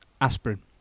aspirin